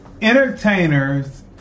entertainers